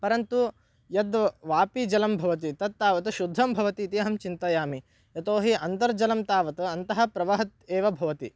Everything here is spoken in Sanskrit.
परन्तु यद् वापीजलं भवति तत् तावत् शुद्धं भवति इति अहं चिन्तयामि यतोहि अन्तर्जलं तावत् अन्तः प्रवहत् एव भवति